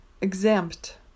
exempt